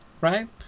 right